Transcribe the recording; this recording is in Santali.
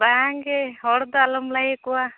ᱵᱟᱝᱜᱮ ᱦᱚᱲ ᱫᱚ ᱟᱞᱚᱢ ᱞᱟᱹᱭ ᱟᱠᱚᱣᱟ